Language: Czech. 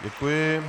Děkuji.